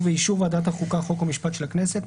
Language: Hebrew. ובאישור ועדת החוקה חוק ומשפט של הכנסת,